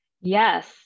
Yes